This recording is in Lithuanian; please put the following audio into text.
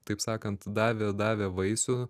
taip sakant davė davė vaisių